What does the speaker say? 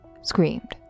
screamed